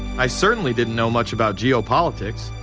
i certainly didn't know much about geopolitics.